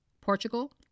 Portugal